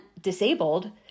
disabled